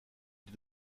des